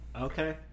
Okay